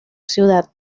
ciudad